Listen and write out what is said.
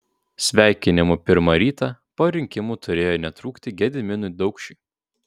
sveikinimų pirmą rytą po rinkimų turėjo netrūkti gediminui daukšiui